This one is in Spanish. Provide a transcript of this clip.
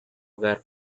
hogar